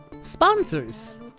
Sponsors